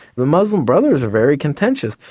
the muslim brothers are very contentious.